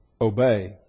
obey